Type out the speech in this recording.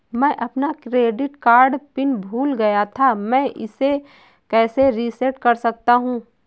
मैं अपना credit card pin भूल गया था मैं इसे कैसे रीसेट कर सकता हूँ?